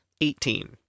Eighteen